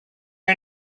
are